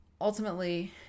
ultimately